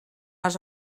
les